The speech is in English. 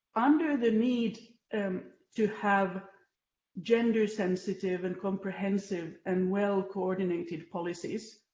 under the need and to have gender sensitive, and comprehensive and well-coordinated policies,